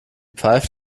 pfeift